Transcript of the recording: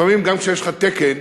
לפעמים גם כשיש לך תקן